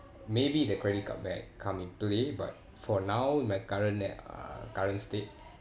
maybe the credit card back come in play but for now my current net uh current state